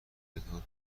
ارتباط